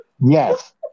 Yes